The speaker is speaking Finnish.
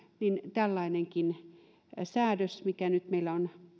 niin tällainenkin säädös mikä nyt meillä on